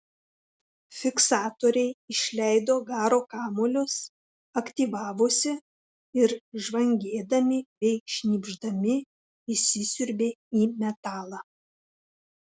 fiksatoriai išleido garo kamuolius aktyvavosi ir žvangėdami bei šnypšdami įsisiurbė į metalą